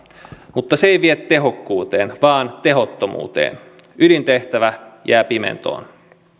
mutta se ei vie tehokkuuteen vaan tehottomuuteen ydintehtävä jää pimentoon